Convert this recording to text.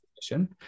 position